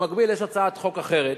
במקביל יש הצעת חוק אחרת,